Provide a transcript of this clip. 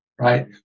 right